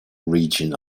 region